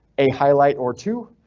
a highlight or two.